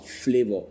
flavor